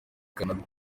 canada